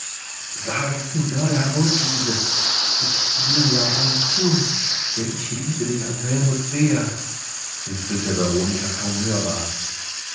sage es nur gerade heraus liese ich will ja alles tun denn ich liebe den anselmus sehr lispelte veronika kaum hörbar